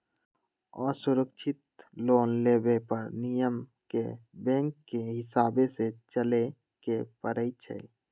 असुरक्षित लोन लेबे पर नियम के बैंकके हिसाबे से चलेए के परइ छै